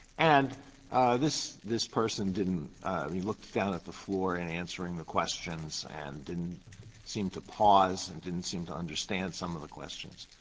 and this this person didn't he looked down at the floor in and answering the questions and didn't seem to pause and didn't seem to understand some of the questions.